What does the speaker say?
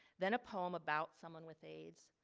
then a poem about someone with aids,